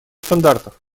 стандартов